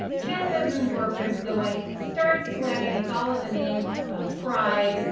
get those endorphins going, start sweating, it's all in the name of pride.